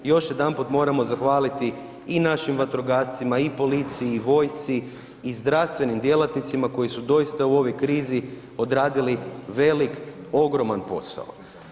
Još jedanput moramo zahvaliti i našim vatrogascima i policiji i vojsci i zdravstvenim djelatnicima koji su doista u ovoj krizi odradili velik, ogroman posao.